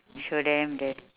show them that